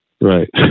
Right